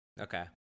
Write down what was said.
Okay